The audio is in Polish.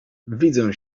widzę